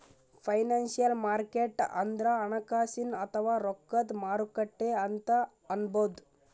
financial market ಅಂದ್ರ ಹಣಕಾಸಿನ್ ಅಥವಾ ರೊಕ್ಕದ್ ಮಾರುಕಟ್ಟೆ ಅಂತ್ ಅನ್ಬಹುದ್